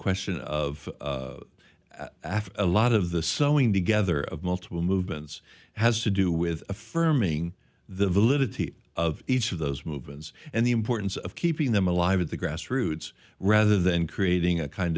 question of after a lot of the sewing together of multiple movements has to do with affirming the validity of each of those movements and the importance of keeping them alive at the grassroots rather than creating a kind